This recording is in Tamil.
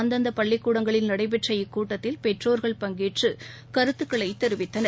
அந்தந்த பள்ளிக் கூடங்களில் நடைபெற்ற இக்கூட்டத்தில் பெற்றோர்கள் பங்கேற்று கருத்துகளை தெரிவித்தனர்